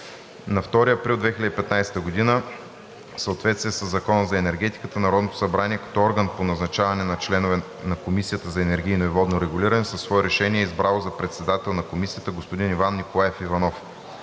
На 2 април 2015 г., в съответствие със Закона за енергетиката, Народното събрание като орган по назначаване на членове на Комисията за енергийно и водно регулиране със свое решение е избрало за председател на Комисията господин Иван Николаев Иванов.